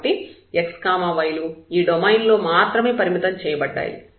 కాబట్టి x y లు ఈ డొమైన్ లో మాత్రమే పరిమితం చేయబడ్డాయి